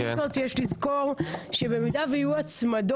ועם זאת יש לזכור שבמידה ויהיו הצמדות,